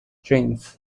trains